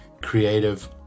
creative